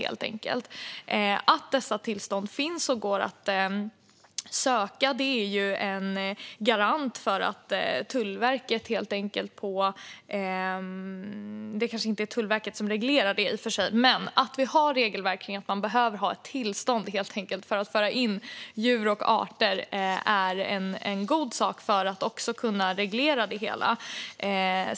Att sådana tillstånd finns och går att söka är det kanske i och för sig inte Tullverket som reglerar, men att vi har ett regelverk där det behövs ett tillstånd för att få föra in djur och arter är en god sak. Det handlar om att kunna reglera det hela.